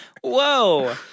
Whoa